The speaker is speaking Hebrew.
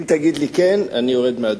אם תגיד לי כן, אני יורד מהדוכן.